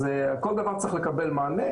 כל דבר צריך לקבל מענה,